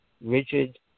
rigid